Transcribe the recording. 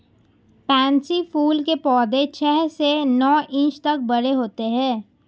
pansy फूल के पौधे छह से नौ इंच तक बड़े होते हैं